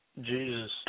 Jesus